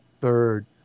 third